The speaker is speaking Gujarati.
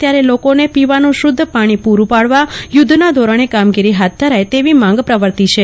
ત્યારે લોકોને પીવાનું શુદ્ધ પાણી પૂરું પાડવા યુધ્ધના ધોરણે કામગીરી હાથ ધરાય તેવી માંગ પ્રવર્તી છે